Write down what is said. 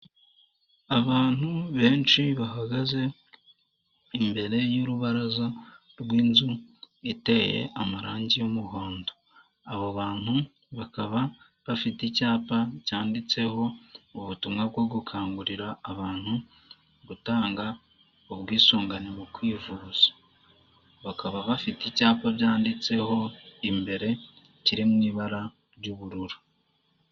Abantu benshi bahagaze imbere y'urubaraza rw'inzu iteye amarangi y'umuhondo abo bantu bakaba bafite icyapa cyanditseho ubutumwa bwo gukangurira abantu gutanga ubwisungane mu kwivuza bakaba bafite icyapa byanditseho imbere kiriw ibara ry'ubururu.